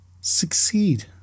succeed